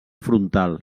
frontal